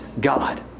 God